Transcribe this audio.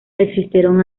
existieron